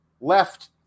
left